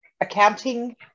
accounting